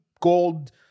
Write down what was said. gold